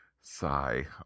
Sigh